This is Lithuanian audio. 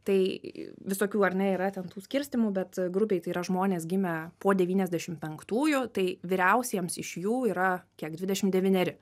tai visokių ar ne yra ten tų skirstymų bet grubiai tai yra žmonės gimę po devyniasdešim penktųjų tai vyriausiems iš jų yra kiek dvidešim devyneri